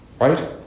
Right